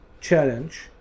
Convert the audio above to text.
challenge